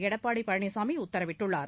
எடப்பாடி பழனிசாமி உத்தரவிட்டுள்ளார்